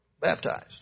baptized